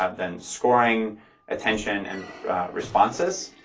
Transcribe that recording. ah then scoring attention and responses.